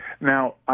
Now